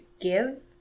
give